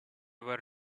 were